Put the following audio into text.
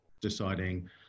deciding